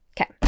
Okay